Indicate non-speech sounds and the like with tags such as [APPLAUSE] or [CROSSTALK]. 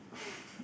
[BREATH]